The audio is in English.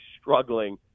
struggling